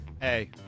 Hey